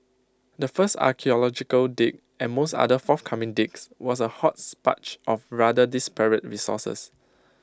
the first archaeological dig and most other forthcoming digs was A hodgepodge of rather disparate resources